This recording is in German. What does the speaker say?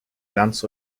ganz